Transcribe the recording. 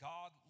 God